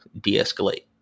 de-escalate